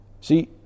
See